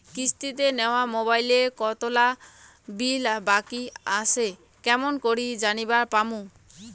কিস্তিতে নেওয়া মোবাইলের কতোলা বিল বাকি আসে কেমন করি জানিবার পামু?